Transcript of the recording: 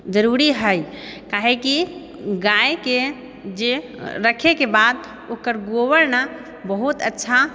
जरूरी हइ काहेकि गायके जे रखैके बाद ओकर गोबर ने बहुत अच्छा